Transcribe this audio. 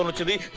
um to the